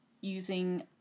using